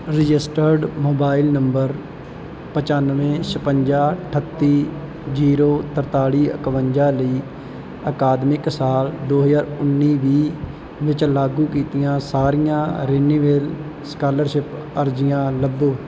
registered mobile number ਪਚਾਨਵੇਂ ਛਪੰਜਾ ਅਠੱਤੀ ਜ਼ੀਰੋ ਤਰਤਾਲੀ ਇਕਵੰਜਾ ਲਈ ਅਕਾਦਮਿਕ ਸਾਲ ਦੋ ਹਜ਼ਾਰ ਉੱਨੀ ਵੀਹ ਵਿੱਚ ਲਾਗੂ ਕੀਤੀਆਂ ਸਾਰੀਆਂ ਰਿਨਿਵੇਲ ਸਕਾਲਰਸ਼ਿਪ ਅਰਜ਼ੀਆਂ ਲੱਭੋ